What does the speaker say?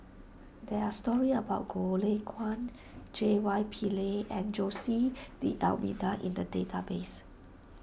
there are stories about Goh Lay Kuan J Y Pillay and Jose D'Almeida in the database